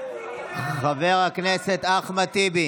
חבר הכנסת אחמד טיבי,